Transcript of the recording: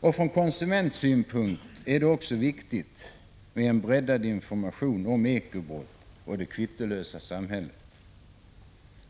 Från konsumentsynpunkt är det också viktigt med en breddad information om ekobrotten och det kvittolösa samhället.